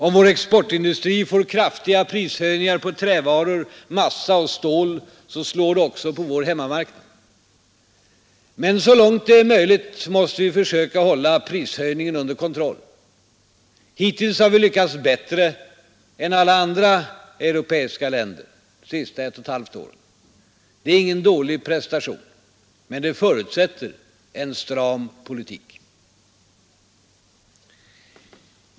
Om vår exportindustri får kraftiga prishöjningar på trävaror, massa och stål, så slår det också på vår hemmamarknad. Men så långt det är möjligt måste vi försöka hålla prishöjningen under kontroll. Under de senaste ett och ett halvt åren har vi lyckats bättre än alla andra europeiska länder. Det är ingen dålig prestation, men det förutsätter en stram politik.